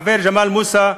החבר ג'מאל מוסא,